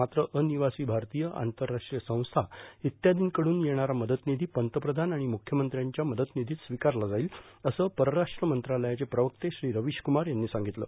मात्र अनिवासी भारतीय आंतरराष्ट्रीय संस्था इत्यादींकडून येणारा मदतनिधी पंतप्रधान आणि मुख्यमंत्र्यांच्या मदतनिधीत स्वीकारला जाईल असं परराष्ट्र मंत्रालयाचे प्रवक्ते श्री रवीश कुमार यांनी सांगितलं